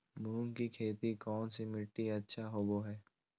मूंग की खेती कौन सी मिट्टी अच्छा होबो हाय?